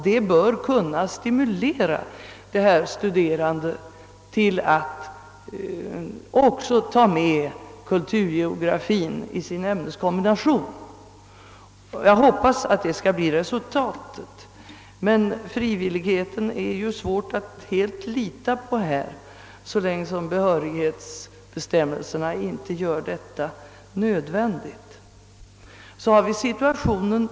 Det bör kunna stimulera dessa studerande till att ta med kulturgeografien i sin ämneskombination. Jag hoppas att så sker, men det är svårt att lita därpå så länge som behörighetsbestämmelserna inte gör ämnet obligatoriskt.